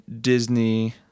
Disney